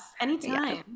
anytime